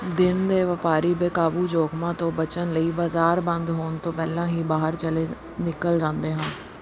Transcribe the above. ਦਿਨ ਦੇ ਵਪਾਰੀ ਬੇਕਾਬੂ ਜੋਖ਼ਮਾਂ ਤੋਂ ਬਚਣ ਲਈ ਬਾਜ਼ਾਰ ਬੰਦ ਹੋਣ ਤੋਂ ਪਹਿਲਾਂ ਹੀ ਬਾਹਰ ਚਲੇ ਜਾਂ ਨਿਕਲ ਜਾਂਦੇ ਹਨ